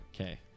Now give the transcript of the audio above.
Okay